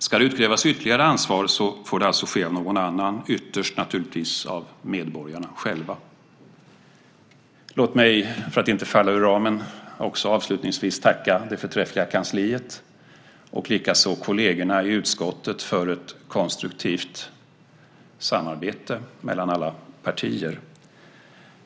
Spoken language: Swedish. Ska det utkrävas ytterligare ansvar får det alltså göras av någon annan, ytterst naturligtvis av medborgarna själva. Låt mig, för att inte falla ur ramen, också avslutningsvis tacka det förträffliga kansliet och likaså kollegerna i utskottet för ett konstruktivt samarbete mellan alla partier.